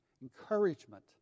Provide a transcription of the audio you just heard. encouragement